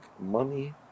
money